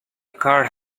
card